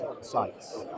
sites